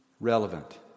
relevant